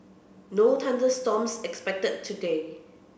no thunder storms expected today